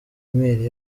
mail